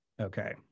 Okay